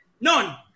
None